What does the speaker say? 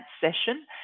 session